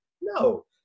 no